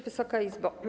Wysoka Izbo!